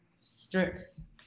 strips